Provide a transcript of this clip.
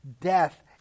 death